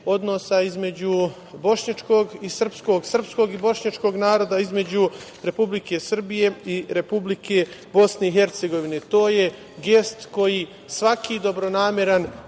između bošnjačkog i srpskog, srpskog bošnjačkog naroda, između Republike Srbije i Republike Bosne i Hercegovine. To je gest koji svaki dobronameran